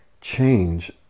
change